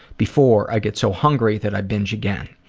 before, i get so hungry that i binge again.